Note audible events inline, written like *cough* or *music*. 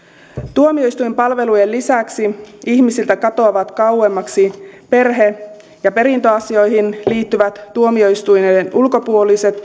tuomioistuinpalvelujen lisäksi ihmisiltä katoavat kauemmaksi perhe ja perintöasioihin liittyvät tuomioistuinten ulkopuoliset *unintelligible*